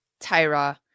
Tyra